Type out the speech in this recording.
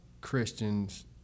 Christians